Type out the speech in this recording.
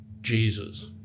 Jesus